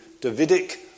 Davidic